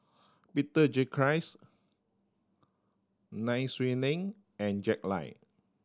Peter Gilchrist Nai Swee Leng and Jack Lai